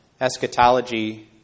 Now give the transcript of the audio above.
Eschatology